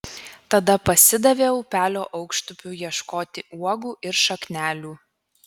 tada pasidavė upelio aukštupiu ieškoti uogų ir šaknelių